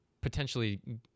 potentially